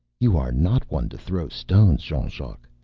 you are not one to throw stones, jean-jacques.